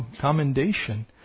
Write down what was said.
commendation